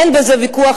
אין על זה ויכוח,